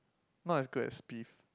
not as good as beef